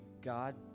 God